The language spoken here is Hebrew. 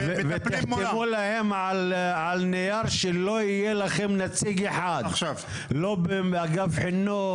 ותחתמו להם על נייר שלא יהיה לכם נציג אחד לא באגף חינוך,